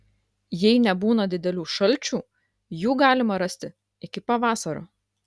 jei nebūna didelių šalčių jų galima rasti iki pavasario